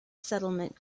settlement